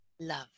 love